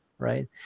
right